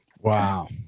Wow